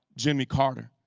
jimmy carter.